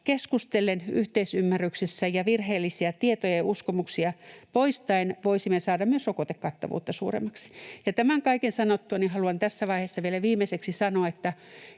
keskustellen ja virheellisiä tietoja ja uskomuksia poistaen voisimme myös saada rokotekattavuutta suuremmaksi. Tämän kaiken sanottuani haluan tässä vaiheessa vielä viimeiseksi sanoa, että